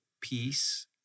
peace